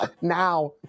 Now